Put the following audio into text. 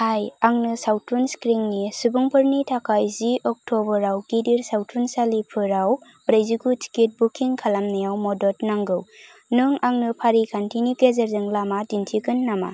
high आंनो सावथुन screening सुबुंफोरनि थाखाय जि अक्टबर आव गिदिर सावथुनसालिफोराव ब्रैजिगु टिकेट बुकिं खालामनायाव मदद नांगौ नों आंनो फारिखान्थिनि गेजेरजों लामा दिन्थिगोन नामा